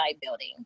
building